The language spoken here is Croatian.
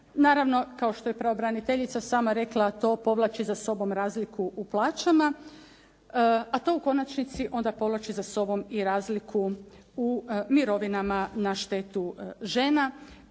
Naravno, kao što je pravobraniteljica sama rekla, to povlači za sobom razliku u plaća, a to u konačnici onda povlači za sobom i razliku u mirovinama na štetu žena.